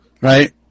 right